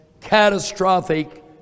catastrophic